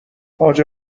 حاج